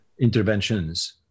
interventions